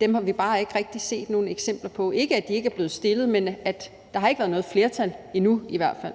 Dem har vi bare ikke rigtig set nogen eksempler på. Det er ikke, fordi de ikke er blevet stillet, men der har i hvert fald endnu ikke været